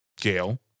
Gail